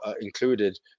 included